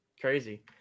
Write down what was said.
crazy